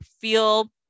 feel